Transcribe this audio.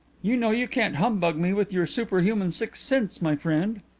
you know you can't humbug me with your superhuman sixth sense, my friend.